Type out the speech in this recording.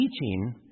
Teaching